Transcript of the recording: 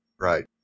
Right